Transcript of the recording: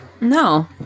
No